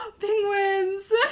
Penguins